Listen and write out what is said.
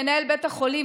מנהל בית החולים,